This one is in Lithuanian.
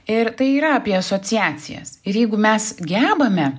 ir tai yra apie asociacijas ir jeigu mes gebame